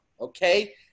okay